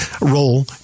role